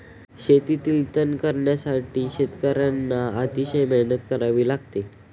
शेतातील तण काढण्यासाठी शेतकर्यांना अतिशय मेहनत करावी लागते